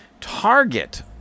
Target